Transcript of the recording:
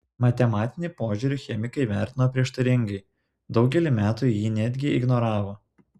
matematinį požiūrį chemikai vertino prieštaringai daugelį metų jį netgi ignoravo